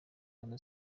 hano